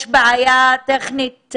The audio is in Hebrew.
יש בעיה טכנית,